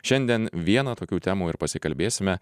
šiandien viena tokių temų ir pasikalbėsime